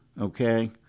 okay